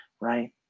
right